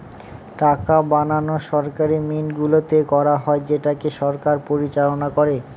টাকা বানানো সরকারি মিন্টগুলোতে করা হয় যেটাকে সরকার পরিচালনা করে